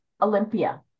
Olympia